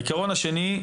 העיקרון השני,